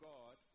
God